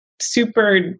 super